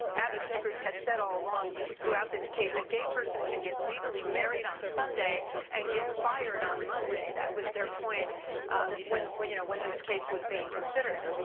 um advocacy groups had said all along throughout this case, a gay person can get legally married on sunday and get fired on monday. that was their point when when you know this case was being considered.